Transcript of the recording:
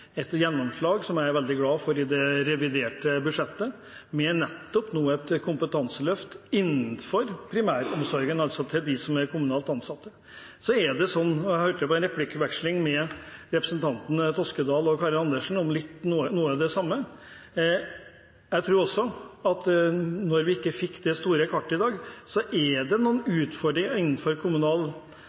det reviderte budsjettet, med nettopp et kompetanseløft innenfor primæromsorgen, altså til de kommunalt ansatte. Jeg hørte på en replikkveksling mellom representantene Geir Sigbjørn Toskedal og Karin Andersen om noe av det samme. Jeg tror også at når vi ikke fikk det store kartet i dag, er det noen utfordringer innenfor